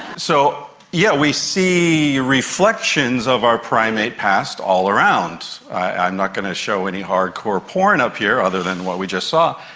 so yeah we see reflections of our primate past all around. i'm not going to show any hard-core porn up here, other than what we just saw,